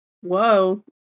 Whoa